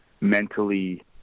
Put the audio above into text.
mentally